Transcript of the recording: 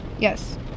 Yes